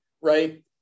right